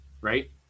right